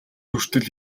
хүртэл